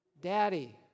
Daddy